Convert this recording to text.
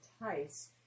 entice